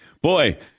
Boy